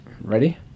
Ready